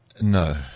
No